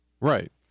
Right